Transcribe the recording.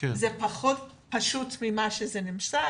זה פחות פשוט ממה שתואר,